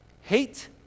hate